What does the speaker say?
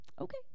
Okay